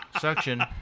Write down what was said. Suction